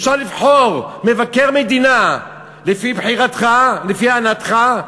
אפשר לבחור מבקר מדינה לפי בחירתך, לפי הנאתך,